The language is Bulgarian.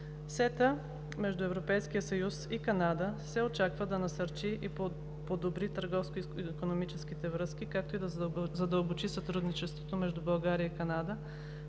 СЕТА между Европейския съюз и Канада се очаква да насърчи и подобри търговско-икономическите връзки, както и да задълбочи сътрудничеството между България и Канада,